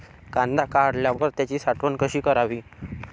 कांदा काढल्यावर त्याची साठवण कशी करावी?